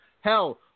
Hell